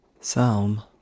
Psalm